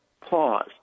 Pause